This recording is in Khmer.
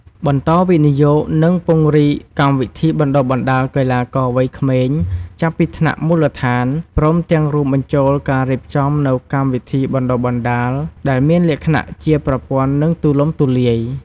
បន្តវិនិយោគ និងពង្រីកកម្មវិធីបណ្តុះបណ្តាលកីឡាករវ័យក្មេងចាប់ពីថ្នាក់មូលដ្ឋាន ព្រមទាំងរួមបញ្ចូលការរៀបចំនូវកម្មវិធីបណ្តុះបណ្តាលដែលមានលក្ខណៈជាប្រព័ន្ធ និងទូលំទូលាយ។